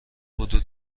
حدود